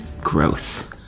Growth